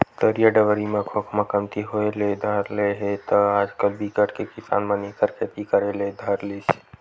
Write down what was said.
तरिया डबरी म खोखमा कमती होय ले धर ले हे त आजकल बिकट के किसान मन एखर खेती करे ले धर लिस